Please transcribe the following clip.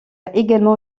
également